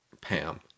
Pam